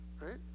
right